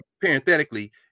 parenthetically